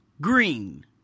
Green